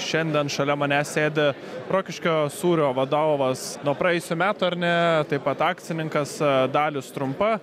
šiandien šalia manęs sėdi rokiškio sūrio vadovas nuo praėjusių metų ar ne taip pat akcininkas dalius trumpa